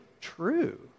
true